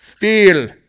Feel